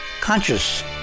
conscious